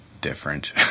different